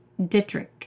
Dittrich